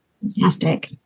Fantastic